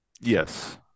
yes